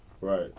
Right